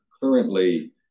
currently